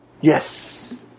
Yes